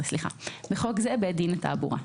בית דין לתעבורה).